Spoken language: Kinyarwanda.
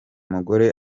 mugore